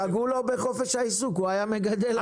פגעו לו בחופש העיסוק, הוא היה מגדל עד היום.